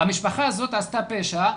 כי המשפחה הזאת עשתה פשע,